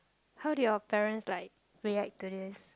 how do your parents like react to this